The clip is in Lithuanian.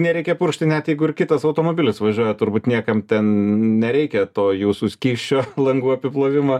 nereikia purkšti net jeigu ir kitas automobilis važiuoja turbūt niekam ten nereikia to jūsų skysčio langų apiplovimo